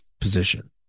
position